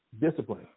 Discipline